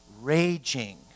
raging